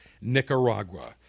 Nicaragua